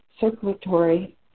circulatory